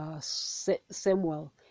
samuel